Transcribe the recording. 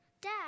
Dad